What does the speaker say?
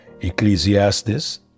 Ecclesiastes